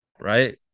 right